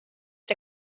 der